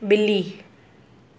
बि॒ली